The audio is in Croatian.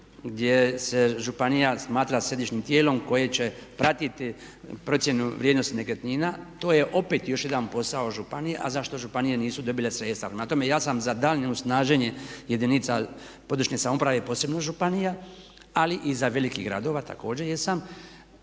gdje se županija smatra središnjim tijelom koje će pratiti procjenu vrijednosti nekretnina. To je opet još jedan posao županija, a za što županije nisu dobile sredstva. Prema tome, ja sam za daljnje snaženje jedinica područne samouprave posebno županija, ali i za velike gradove također jesam.